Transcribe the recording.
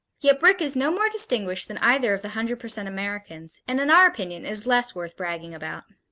yet brick is no more distinguished than either of the hundred percent americans, and in our opinion is less worth bragging about.